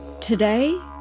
Today